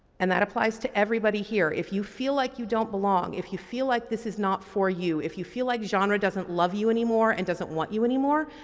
and that applies to everybody here. if you feel like you don't belong. if you feel like this is not for you. if you feel like genre doesn't love you anymore and doesn't want you anymore